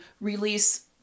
release